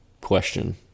question